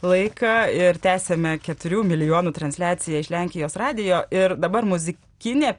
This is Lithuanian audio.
laiką ir tęsiame keturių milijonų transliaciją iš lenkijos radijo ir dabar muzikinė